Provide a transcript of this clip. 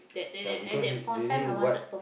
ya because u~ usually what